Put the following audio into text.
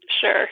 Sure